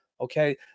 Okay